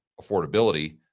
affordability